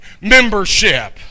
membership